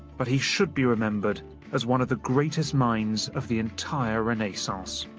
but he should be remembered as one of the greatest minds of the entire renaissance.